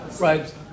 right